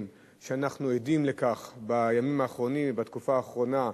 שהיינו עדים לה בימים האחרונים ובתקופה האחרונה בדרום,